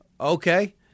Okay